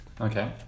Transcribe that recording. Okay